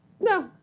No